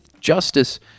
justice